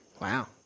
Wow